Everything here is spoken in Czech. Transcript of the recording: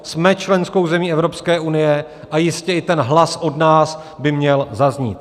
Jsme členskou zemí Evropské unie a jistě i ten hlas od nás by měl zaznít.